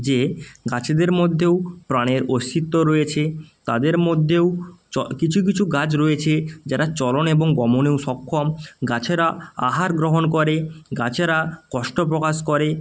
যে গাছেদের মধ্যেও প্রাণের অস্তিত্ব রয়েছে তাদের মধ্যেও কিছু কিছু গাছ রয়েছে যারা চলন এবং গমনেও সক্ষম গাছেরা আহার গ্রহণ করে গাছেরা কষ্ট প্রকাশ করে